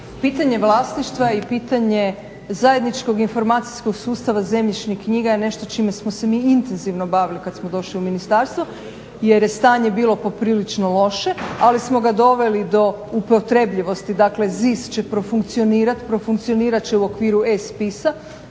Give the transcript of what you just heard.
Pitanje vlasništva i pitanje zajedničkog informacijskog sustava zemljišnih knjiga je nešto čime smo se mi intenzivno bavili kad smo došli u ministarstvo jer je stanje bilo poprilično loše. Ali smo ga doveli do upotrebljivosti, dakle ZIS će profunkcionirat, profunkcionirat će u okviru e-spisa.